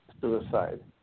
suicide